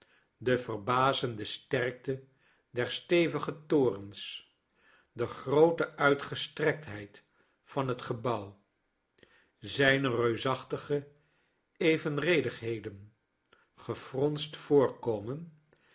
de verbazende sterkte der stevigetorens de groote uitgestrektheid van het gebouw zijne reusachtige evenredigheden gefronst voorkomen